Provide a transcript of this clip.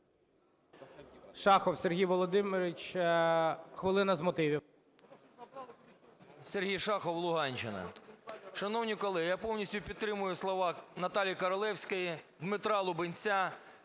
Шахов Сергій Володимирович, хвилина з мотивів. 11:16:12 ШАХОВ С.В. Сергій Шахов, Луганщина. Шановні колеги, я повністю підтримую слова Наталії Королевської, Дмитра Лубінця.